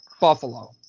Buffalo